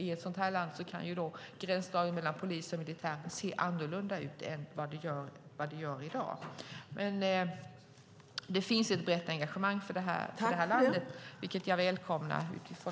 I ett sådant land kan gränsdragningen mellan polisen och militären se annorlunda ut. Men det finns ett brett engagemang för detta i det här landet, vilket jag välkomnar.